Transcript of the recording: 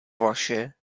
vaše